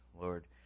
Lord